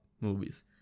movies